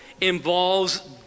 involves